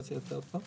עלתה בסביבות 40,000,